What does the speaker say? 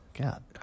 God